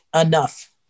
enough